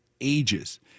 ages